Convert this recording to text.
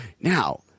now